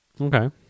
Okay